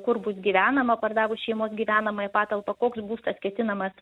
kur bus gyvenama pardavus šeimos gyvenamąją patalpą koks būstas ketinamas